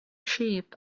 sheep